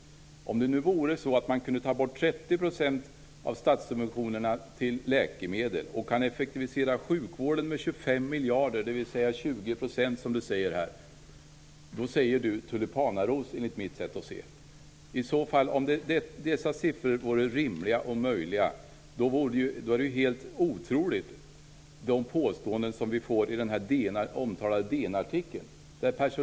När Leif Carlson säger att man kan ta bort 30 % av statssubventionerna till läkemedel och att man kan effektivisera sjukvården med 25 miljarder, dvs. 20 %, säger han tulipanaros enligt mitt sätt att se det. Om dessa siffror vore rimliga och möjliga är de påståenden som vi får i den omtalade DN-artikeln fullständigt otroliga.